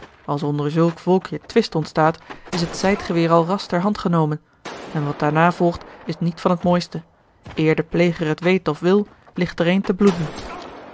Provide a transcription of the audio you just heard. als er onder zulk volkje twist ontstaat is het zijdgeweer al ras ter hand genomen en wat daarna volgt is niet van het mooiste eer de pleger het weet of wil ligt er een te bloeden